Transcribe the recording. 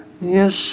Yes